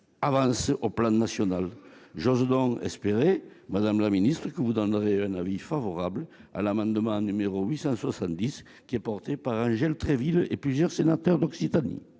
avancent au niveau national. J'ose donc espérer, madame la ministre, que vous donnerez un avis favorable à l'amendement n° 870, qui a été déposé par Angèle Préville et plusieurs sénateurs d'Occitanie.